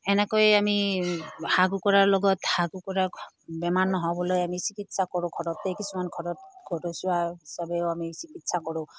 এনেকৈয়ে আমি হাঁহ কুকুৰাৰ লগত হাঁহ কুকুৰাক বেমাৰ নহ'বলৈ আমি চিকিৎসা কৰোঁ ঘৰতেই কিছুমান ঘৰত ঘৰচীয়া হিচাপেও আমি চিকিৎসা কৰোঁ